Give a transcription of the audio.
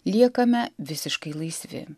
liekame visiškai laisvi